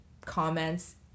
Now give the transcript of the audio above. comments